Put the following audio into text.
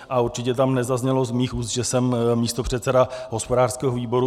A určitě tam nezaznělo z mých úst, že jsem místopředseda hospodářského výboru.